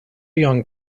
young